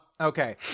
okay